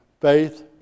faith